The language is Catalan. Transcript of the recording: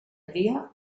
cria